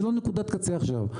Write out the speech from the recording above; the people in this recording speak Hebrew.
זה לא נקודת קצה עכשיו.